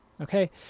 Okay